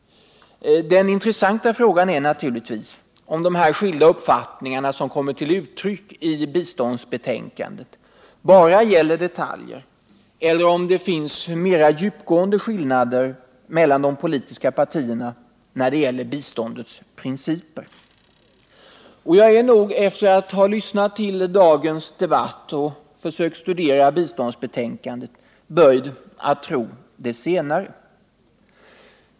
Den intressanta frågan är naturligtvis om de skilda uppfattningar som kommer till uttryck i biståndsbetänkandet bara gäller detaljer eller tyder på mer djupgående skillnader mellan de politiska partierna när det gäller biståndets principer. Efter att ha lyssnat på dagens debatt och försökt studera biståndsbetänkandet är jag nog böjd att tro det senare.